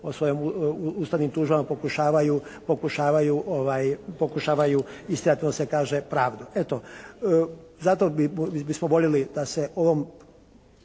svojim ustavnim tužbama pokušavaju istjerati kako se kaže, pravdu. Eto za to bismo voljeli da se ovom